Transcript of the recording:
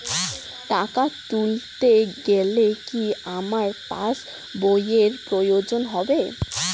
টাকা তুলতে গেলে কি আমার পাশ বইয়ের প্রয়োজন হবে?